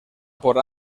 por